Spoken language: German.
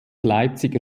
leipziger